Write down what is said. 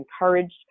encouraged